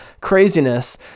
craziness